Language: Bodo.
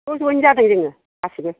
ज' जइन जादों जोङो गासैबो